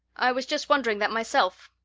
i was just wondering that myself.